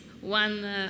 One